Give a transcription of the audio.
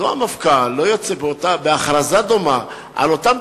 תודה, שאלה נוספת לחבר הכנסת אזולאי.